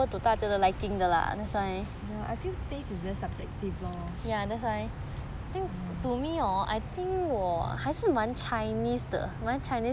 ya I feel taste is very subjective loh mm